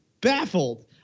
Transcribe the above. baffled